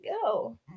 go